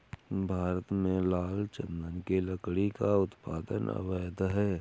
भारत में लाल चंदन की लकड़ी का उत्पादन अवैध है